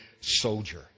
soldier